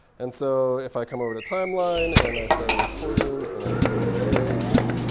and so if i come over to timeline, and i start a recording, and i scroll the page,